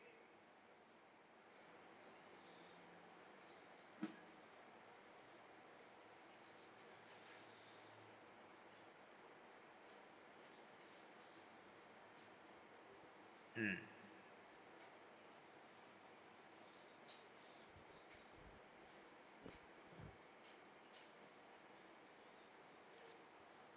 mm